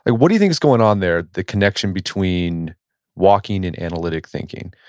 ah what do you think is going on there, the connection between walking and analytic thinking?